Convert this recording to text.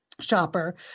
Shopper